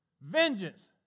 Vengeance